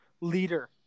leader